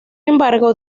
embargo